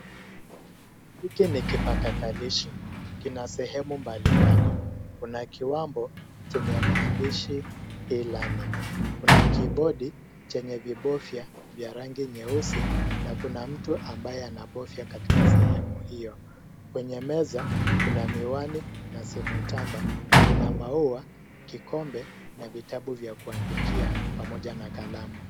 Hiki ni kipakatalishi, kina sehemu mbalimbali. Kuna kiwambo chenye maandishi E-Learning . Kuna kibodi chenye vibofya vya rangi nyeusi. Na kuna mtu ambaye anabofya katika sehemu hiyo. Kwenye meza kuna miwani na simu tamba. Kuna maua, kikombe na vitabu vya kuandikia pamoja na kalamu.